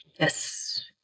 Yes